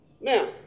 now